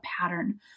pattern